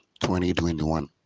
2021